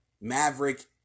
Maverick